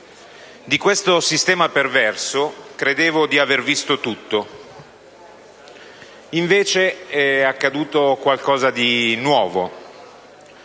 Di questo sistema perverso credevo di aver visto tutto, invece è accaduto qualcosa di nuovo.